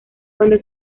cuando